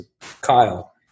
Kyle